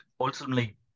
ultimately